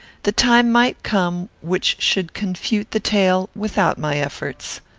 the time might come which should confute the tale without my efforts.